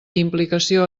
implicació